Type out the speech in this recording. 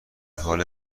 حال